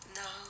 no